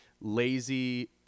lazy